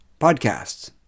podcasts